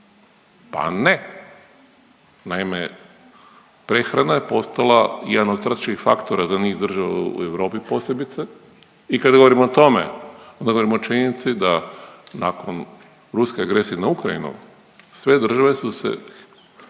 Pa ne. Naime, prehrana je postala jedan od strateških faktora za niz država u Europi posebice i kad govorimo o tome onda govorimo o činjenici da nakon ruske agresije na Ukrajinu, sve države su se